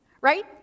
right